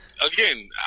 Again